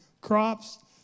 crops